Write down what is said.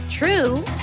True